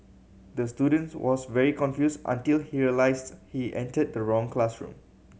the student was very confused until he realised he entered the wrong classroom